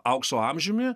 aukso amžiumi